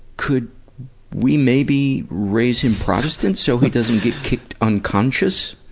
could we maybe raise him protestant so he doesn't get kicked unconscious?